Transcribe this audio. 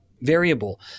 variable